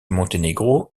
monténégro